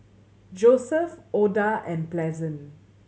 Joesph Oda and Pleasant